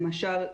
למשל,